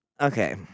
Okay